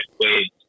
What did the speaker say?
waves